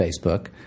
Facebook